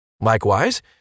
Likewise